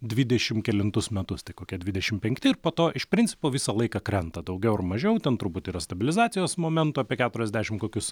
dvidešim kelintus metus tai kokie dvidešimt penkti ir po to iš principo visą laiką krenta daugiau ar mažiau ten turbūt yra stabilizacijos momentų apie keturiasdešim kokius